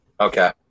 Okay